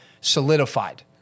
solidified